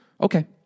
Okay